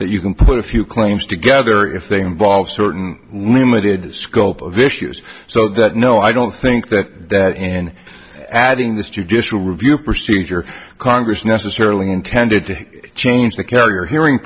that you can put a few claims together if they involve certain limited scope of issues so that no i don't think that that in adding this judicial review procedure congress necessarily intended to change the carrier hearing